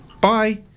Bye